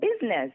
business